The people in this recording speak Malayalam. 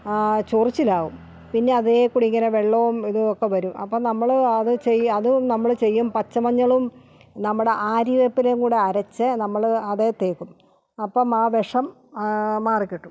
ആ ചൊറിച്ചിൽ ആവും പിന്നെ അതേ വെള്ളവും ഇതു ഒക്കെ വരും അപ്പോൾ നമ്മള് അത് ചെയ്യ് അത് പച്ച മഞ്ഞളും നമ്മുടെ ആര്യവേപ്പിലയും കൂടി അരച്ച് നമ്മള് അതേൽ തേക്കും അപ്പോൾ ആ വിഷം മാറി കിട്ടും